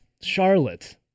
Charlotte